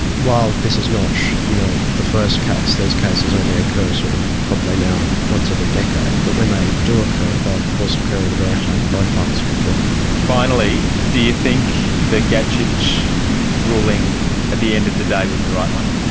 while this is not you know the first case, these cases only occur sort of probably now once every decade, but when they do occur they of course occur in a very high profile sort of way. finally, do you think the gacic ruling at the end of the day was the right one?